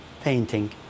painting